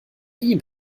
ihm